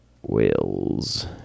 whales